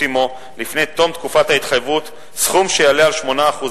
עמו לפני תום תקופת ההתחייבות סכום שיעלה על 8%